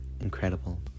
incredible